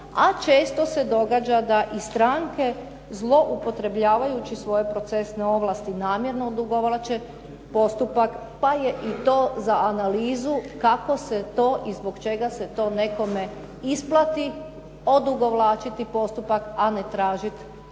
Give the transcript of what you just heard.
često se događa da i stranke zloupotrebljavajući svoje procesne ovlasti namjerno odugovlače postupak pa je i to za analizu kako se to i zbog čega se to nekome isplati odugovlačiti postupak, a ne tražit brzu